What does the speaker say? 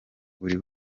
buri